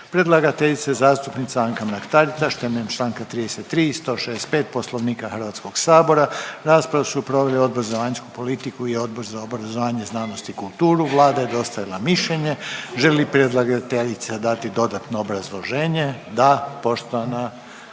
predlagateljica: zastupnica Anka Mrak-Taritaš temeljem članka 33. i 165. Poslovnika Hrvatskog sabora. Raspravu su proveli Odbor za vanjsku politiku i Odbor za obrazovanje, znanost i kulturu. Vlada je dostavila mišljenje. Želi li predlagateljica dati dodatno obrazloženje? Da. Poštovana